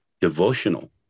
devotional